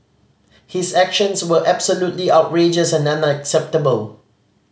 his actions were absolutely outrageous and unacceptable